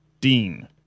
dean